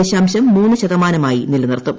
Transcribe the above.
ദശതമാനമായി നിലനിർത്തും